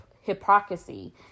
hypocrisy